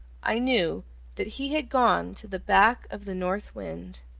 i knew that he had gone to the back of the north wind.